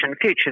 future